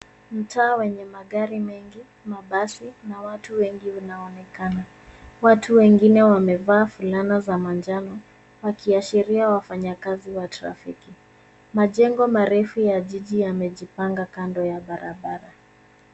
Mtaa wenye magari mengi, mabasi na watu wengi unaonekana. Watu wengine wamevaa fulana za manjano, wakiashiria wafanyakazi wa trafiki. Majengo marefu ya jiji yamejipanga kando ya barabara.